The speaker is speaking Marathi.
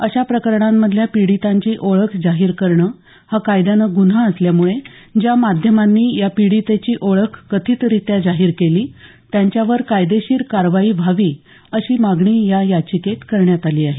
अशा प्रकरणांमधल्या पीडितांची ओळख जाहीर करणं हा कायद्यानं गुन्हा असल्यामुळे ज्या माध्यमांनी या पीडितेची ओळख कथितरीत्या जाहीर केली त्यांच्यावर कायदेशीर कारवाई व्हावी अशी मागणी या याचिकेत करण्यात आली आहे